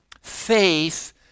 faith